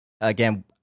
Again